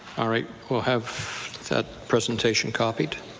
all right. we'll have that presentation copied.